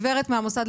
חבר הכנסת עליי